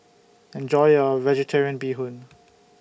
Enjoy your Vegetarian Bee Hoon